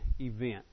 event